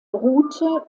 route